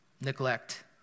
Neglect